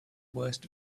worst